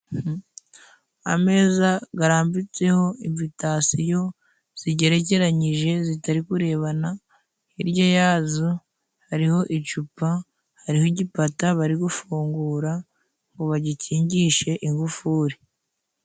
Ameza gararambitseho imvitasiyo zigerekeranyije zitari kurebana hirya yazo hariho icupa hariho igipata bari gufungura ngo bagikingishe ingufuri.